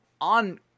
On